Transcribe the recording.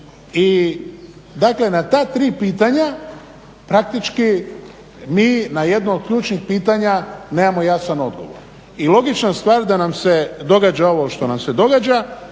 Dakle, na ta tri pitanja, praktički ni na jedno od ključnih pitanja nemamo jasan odgovor i logična stvar da nam se događa ovo što nam se događa.